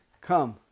Come